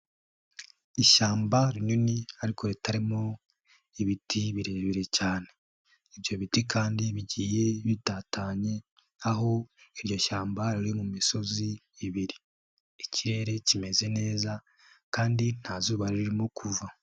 Ishyamba rinini ariko ritarimo ibiti birebire cyane. Ibyo biti kandi bigiye bitatanye, aho iryo shyamba riri mu misozi ibiri. Ikirere kimeze neza kandi nta zuba ririmo kuva.